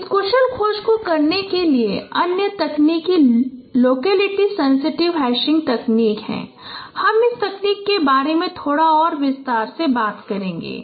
इस कुशल खोज को करने के लिए अन्य तकनीक लोकलिटी सेंसिटिव हैशिंग तकनीक है और हम इस तकनीक के बारे में थोड़ा और विस्तार करगें